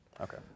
Okay